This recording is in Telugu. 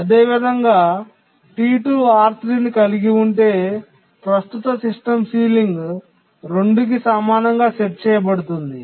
అదేవిధంగా T2 R3 ని కలిగి ఉంటే ప్రస్తుత సిస్టమ్ సీలింగ్ 2 కి సమానంగా సెట్ చేయబడుతుంది